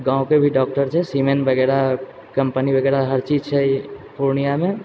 गाँवके भी डॉक्टर छै सिमेन वगैरह कम्पनी वगैरह हर चीज छै पूर्णियामे